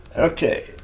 Okay